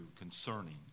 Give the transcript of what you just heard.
concerning